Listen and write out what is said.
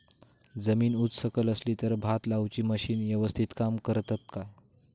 जमीन उच सकल असली तर भात लाऊची मशीना यवस्तीत काम करतत काय?